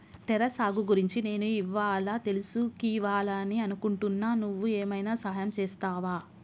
terrace సాగు గురించి నేను ఇవ్వాళా తెలుసుకివాలని అనుకుంటున్నా నువ్వు ఏమైనా సహాయం చేస్తావా